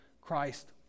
Christ